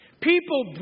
People